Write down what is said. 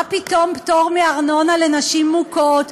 מה פתאום פטור מארנונה לנשים מוכות?